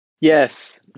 Yes